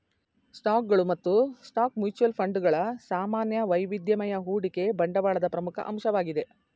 ಸ್ಟಾಕ್ಗಳು ಮತ್ತು stock mutual fund ಗಳ ಸಾಮಾನ್ಯ ವೈವಿಧ್ಯಮಯ ಹೂಡಿಕೆ ಬಂಡವಾಳದ ಪ್ರಮುಖ ಅಂಶವಾಗಿದೆ